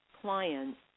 clients